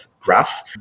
graph